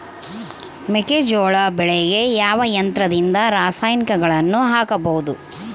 ಮೆಕ್ಕೆಜೋಳ ಬೆಳೆಗೆ ಯಾವ ಯಂತ್ರದಿಂದ ರಾಸಾಯನಿಕಗಳನ್ನು ಹಾಕಬಹುದು?